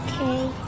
Okay